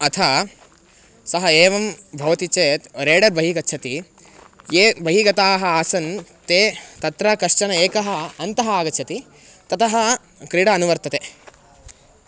अथ सः एवं भवति चेत् रेडर् बहिः गच्छति ये बहिः गताः आसन् ते तत्र कश्चन एकः अन्तः आगच्छति ततः क्रीडा अनुवर्तते